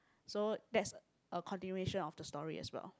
so that's a continuation of the story as well